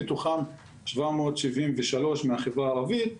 מתוכם 773 מהחברה הערבית,